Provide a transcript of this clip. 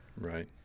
Right